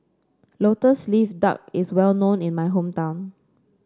lotus leaf duck is well known in my hometown